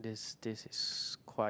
this this is quite